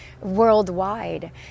worldwide